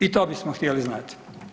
I to bismo htjeli znati.